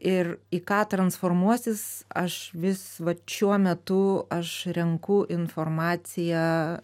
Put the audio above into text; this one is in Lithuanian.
ir į ką transformuosis aš vis vat šiuo metu aš renku informaciją